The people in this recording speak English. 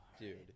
Dude